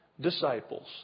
disciples